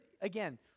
again